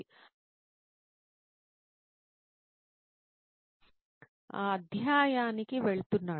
అప్పుడు అతను బహుశా నిర్దిష్ట అధ్యాయానికి వెళుతున్నాడు